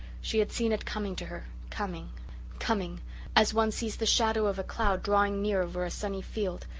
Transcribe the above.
she had seen it coming to her coming coming as one sees the shadow of a cloud drawing near over a sunny field,